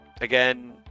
Again